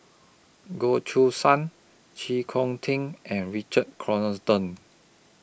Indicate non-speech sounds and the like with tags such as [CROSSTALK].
Goh Choo San Chee Kong Ting and Richard [UNINTELLIGIBLE]